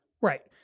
Right